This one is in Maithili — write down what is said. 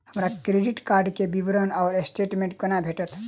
हमरा क्रेडिट कार्ड केँ विवरण वा स्टेटमेंट कोना भेटत?